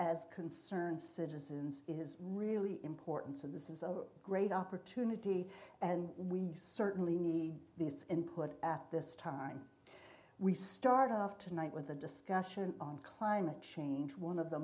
as concerned citizens is really important so this is a great opportunity and we certainly need this input at this time we start off tonight with a discussion on climate change one of the